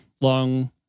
long